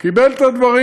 קיבל את הדברים.